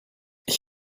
ich